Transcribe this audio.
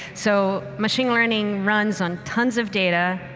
so machine learning runs on tons of data,